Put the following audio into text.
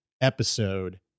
episode